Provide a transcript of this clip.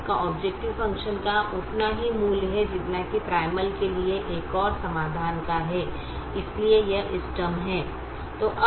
इसका objective function का उतना ही मूल्य है जितना कि प्राइमल के लिए एक और समाधान का है इसलिए यह इष्टतम है